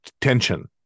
tension